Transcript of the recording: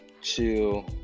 chill